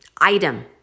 item